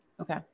okay